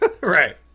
Right